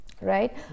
Right